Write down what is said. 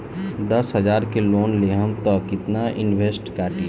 दस हजार के लोन लेहम त कितना इनट्रेस कटी?